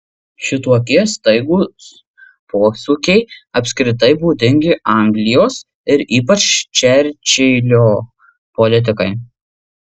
šitokie staigūs posūkiai apskritai būdingi anglijos ir ypač čerčilio politikai